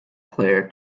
player